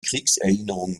kriegserinnerungen